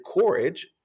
courage